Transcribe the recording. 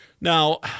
Now